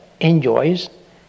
enjoys